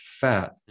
fat